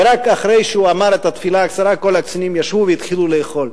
ורק אחרי שהוא אמר את התפילה הקצרה כל הקצינים ישבו והתחילו לאכול.